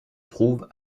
trouve